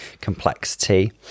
complexity